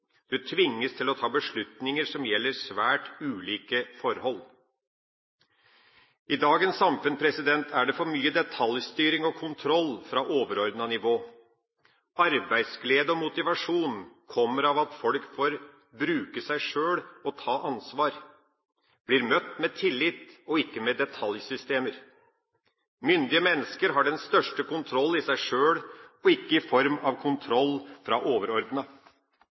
Du tvinges til å ta beslutninger som gjelder svært ulike forhold. I dagens samfunn er det for mye detaljstyring og kontroll fra overordnet nivå. Arbeidsglede og motivasjon kommer av at folk får bruke seg sjøl og ta ansvar, bli møtt med tillit og ikke med detaljsystemer. Myndige mennesker har den største kontrollen i seg sjøl, ikke i form av kontroll fra